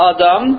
Adam